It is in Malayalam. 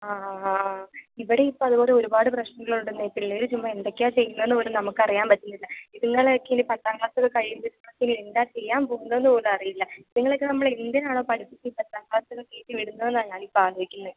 ആഹ് ആഹ് ആഹ് ആഹ് ഇവിടെ ഇപ്പം അതുപോലെ ഒരുപാട് പ്രശ്നങ്ങൾ ഉണ്ടെന്നേ പിള്ളേർ ചുമ്മാ എന്തൊക്കെയാ ചെയ്യുന്നത് എന്ന് പോലും നമുക്കറിയാന് പറ്റുന്നില്ല ഇതുങ്ങളെയെക്കെ ഇനി പത്താം ക്ലാസ് ഒക്കെ കഴിയുമ്പം ഇനി എന്താ ചെയ്യാന് പോവുന്നത് എന്ന് പോലും അറിയില്ല ഇതുങ്ങളെയെക്കെ നമ്മളെന്തിനാണോ പഠിപ്പിച്ച് പത്താം ക്ലാസ് കയറ്റി വിടുന്നത് എന്നാണ് ഞാനിപ്പം ആലോചിക്കുന്നത്